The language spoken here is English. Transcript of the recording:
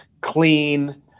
clean